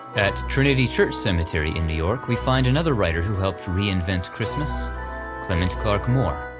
at trinity church cemetery in new york we find another writer who helped to reinvent christmas clement clarke moore.